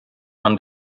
and